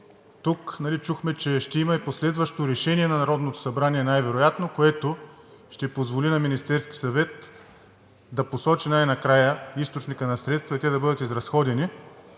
Тук чухме, че ще има и последващо решение на Народното събрание най-вероятно, което ще позволи на Министерския съвет да посочи най-накрая източника на средствата и те да бъдат изразходени.